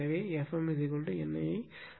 NI Fm இங்கே Fm NI ஐ வரையறுத்துள்ளன